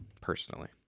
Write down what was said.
personally